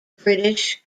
british